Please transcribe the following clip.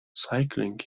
cycling